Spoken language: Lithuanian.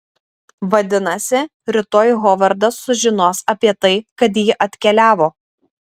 vadinasi rytoj hovardas sužinos apie tai kad ji atkeliavo